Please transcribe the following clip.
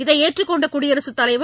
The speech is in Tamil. இதை ஏற்றுக் கொண்ட குடியரசு தலைவர்